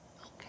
Okay